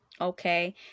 okay